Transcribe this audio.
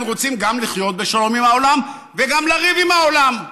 אנחנו רוצים גם לחיות בשלום עם העולם וגם לריב עם העולם,